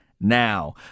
now